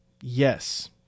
Yes